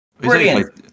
brilliant